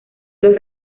los